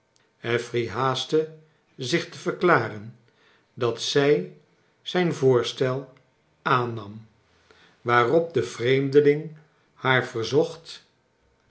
affery haastte zich te verklaren dat zij zijn voorstel aannam waarop de vreemdeling haar verzocht